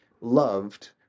loved